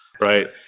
right